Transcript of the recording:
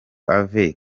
ave